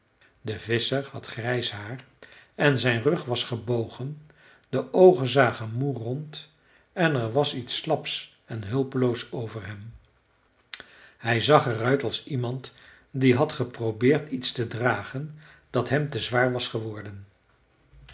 de visscher had grijs haar en zijn rug was gebogen de oogen zagen moe rond en er was iets slaps en hulpeloos over hem hij zag er uit als iemand die had geprobeerd iets te dragen dat hem te zwaar was geworden